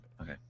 Okay